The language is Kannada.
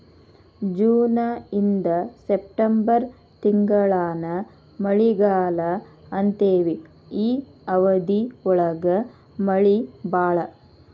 ಜೂನ ಇಂದ ಸೆಪ್ಟೆಂಬರ್ ತಿಂಗಳಾನ ಮಳಿಗಾಲಾ ಅಂತೆವಿ ಈ ಅವಧಿ ಒಳಗ ಮಳಿ ಬಾಳ